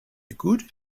good